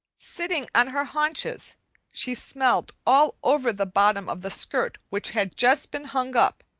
sitting on her haunches she smelled all over the bottom of the skirt which had just been hung up,